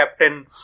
captain